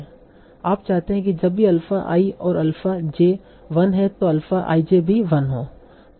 आप चाहते हैं कि जब भी अल्फ़ा i और अल्फ़ा j 1 है तों अल्फ़ा i j भी 1 हो